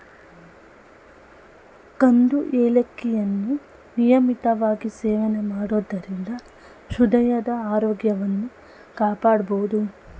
ಕಂದು ಏಲಕ್ಕಿಯನ್ನು ನಿಯಮಿತವಾಗಿ ಸೇವನೆ ಮಾಡೋದರಿಂದ ಹೃದಯದ ಆರೋಗ್ಯವನ್ನು ಕಾಪಾಡ್ಬೋದು